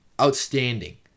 outstanding